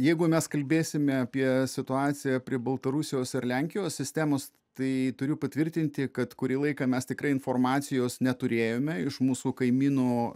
jeigu mes kalbėsime apie situaciją prie baltarusijos ir lenkijos sistemos tai turiu patvirtinti kad kurį laiką mes tikrai informacijos neturėjome iš mūsų kaimynų